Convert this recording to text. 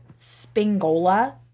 Spingola